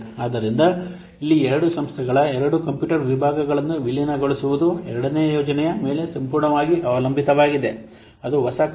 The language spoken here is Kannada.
ಆದ್ದರಿಂದ ಇಲ್ಲಿ ಎರಡು ಸಂಸ್ಥೆಗಳ ಎರಡು ಕಂಪ್ಯೂಟರ್ ವಿಭಾಗಗಳನ್ನು ವಿಲೀನಗೊಳಿಸುವುದು ಎರಡನೆಯ ಯೋಜನೆಯ ಮೇಲೆ ಸಂಪೂರ್ಣವಾಗಿ ಅವಲಂಬಿತವಾಗಿದೆ ಅದು ಹೊಸ ಕಟ್ಟಡವನ್ನು ಪೂರ್ಣಗೊಳಿಸುವ ಯೋಜನೆಯಾಗಿದೆ